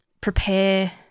prepare